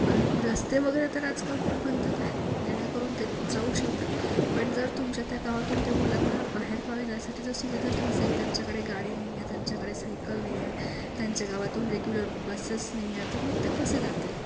आणि रस्ते वगैरे तर आजकाल खूप बनतात आहे जेणेकरून ते जाऊ शकतात पण जर तुमच्या त्या गावातून त्या मुलांना बाहेरगावी जायसाठी जर सुविधाच नसेल त्यांच्याकडे गाडी नाही आहे त्यांच्याकडे सायकल नाही आहे त्यांच्या गावातून रेग्युलर बसेस नाही आहे तर मग ते कसे जातील